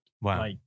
Wow